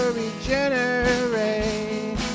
regenerate